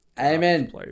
Amen